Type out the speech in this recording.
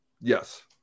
Yes